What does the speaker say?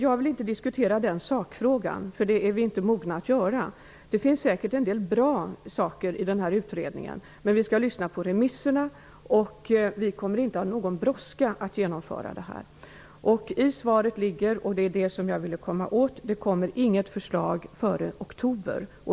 Jag vill inte diskutera sakfrågan, eftersom vi inte är mogna att göra det. Det finns säkerligen en del bra saker i denna utredning, men vi skall lyssna på remissinstanserna och kommer inte att ha någon brådska med att genomföra detta. I svaret ligger, och det var det som jag ville veta, att det inte kommer något förslag före oktober.